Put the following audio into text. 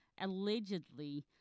allegedly